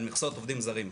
על הכנסות עובדים זרים.